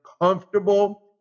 comfortable